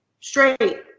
straight